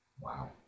Wow